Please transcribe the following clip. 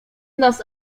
nas